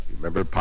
Remember